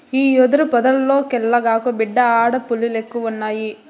ఆ యెదురు పొదల్లోకెల్లగాకు, బిడ్డా ఆడ పులిలెక్కువున్నయి